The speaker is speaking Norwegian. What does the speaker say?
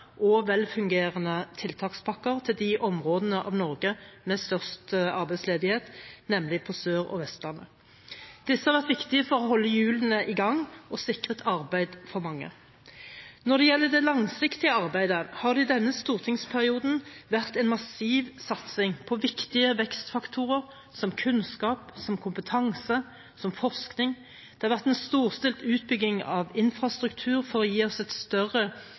og velfungerende tiltakspakker til områdene i Norge med størst arbeidsledighet, nemlig på Sør- og Vestlandet. Disse har vært viktige for å holde hjulene i gang og sikret arbeid for mange. Når det gjelder det langsiktige arbeidet, har det i denne stortingsperioden vært en massiv satsing på viktige vekstfaktorer som kunnskap, kompetanse og forskning, og det har vært en storstilt utbygging av infrastruktur for å gi oss større